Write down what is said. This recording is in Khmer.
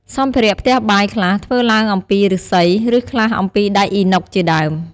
សម្ភារៈផ្ទះបាយខ្លះធ្វើឡើងអំពី ឬស្សី ឬខ្លះអំពីដែកអ៊ីណុកជាដើម។